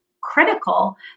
critical